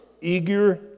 eager